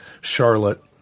Charlotte